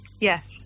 Yes